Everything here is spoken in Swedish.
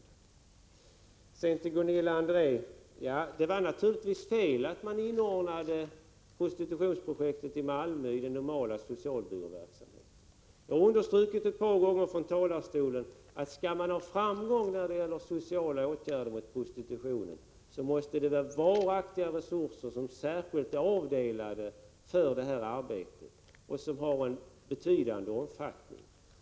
Sedan vill jag säga till Gunilla André att det naturligtvis var fel att man inordnade prostitutionsprojektet i Malmö i den normala socialbyråverksamheten. Jag har ett par gånger understrukit från talarstolen att det för att vi skall få framgång med sociala åtgärder mot prostitutionen krävs varaktiga resurser av betydande omfattning som är särskilt avdelade för det arbetet.